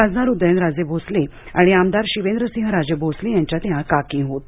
खासदार उदयनराजे आणि आमदार शिवेंद्रसिंहराजे भोसले यांच्या त्या काकी होत